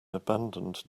abandoned